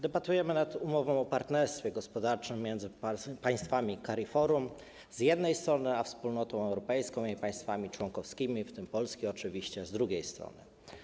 Debatujemy nad umową o partnerstwie gospodarczym między państwami CARIFORUM, z jednej strony, a Wspólnotą Europejską i jej państwami członkowskimi, w tym oczywiście Polski, z drugiej strony.